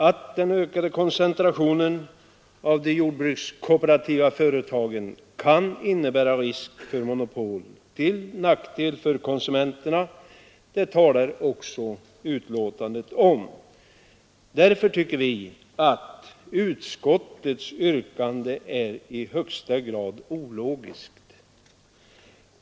Att den ökade koncentrationen av de jordbrukskooperativa företagen kan innebära risk för monopol till nackdel för konsumenterna talas det också om i betänkandet. Därför tycker vi att utskottets yrkande är i högsta grad ologiskt.